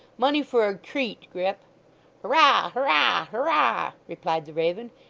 money for a treat, grip hurrah! hurrah! hurrah replied the raven,